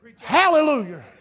Hallelujah